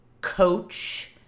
coach